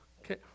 Okay